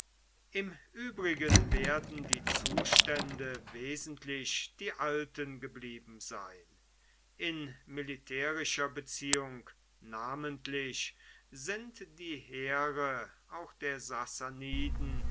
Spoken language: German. im übrigen werden die zustände wesentlich die alten geblieben sein in militärischer beziehung namentlich sind die heere auch der